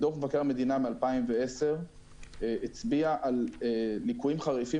דוח מבקר המדינה מ-2010 הצביע על ליקויים חריפים